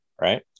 right